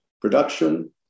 production